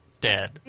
dead